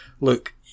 look